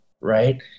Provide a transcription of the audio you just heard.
right